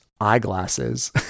eyeglasses